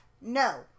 No